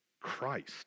Christ